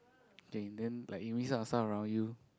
okay then like you miss out a sound around you